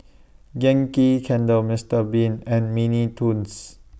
Yankee Candle Mister Bean and Mini Toons